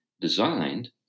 designed